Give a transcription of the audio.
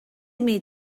imi